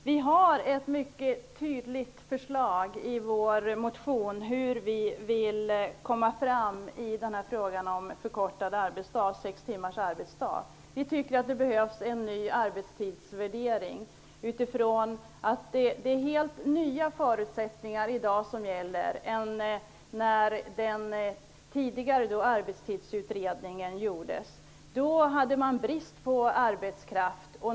Fru talman! I vår motion står det mycket tydligt hur vi vill komma fram i frågan om sex timmars arbetsdag. Vi tycker att det behövs en ny arbetstidsvärdering. Det är helt nya förutsättningar som gäller i dag än då den tidigare arbetstidsutredningen gjordes. Då var det brist på arbetskraft.